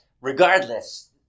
regardless